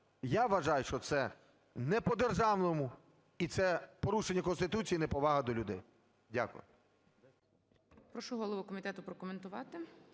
Я вважаю, що це не по-державному, і це порушення Конституції і неповага до людей. Дякую.